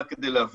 רק כדי להבין,